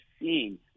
seen